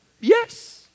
Yes